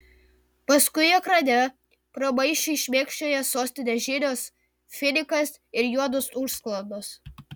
paskui ekrane pramaišiui šmėkščioja sostinės žinios finikas ir juodos užsklandos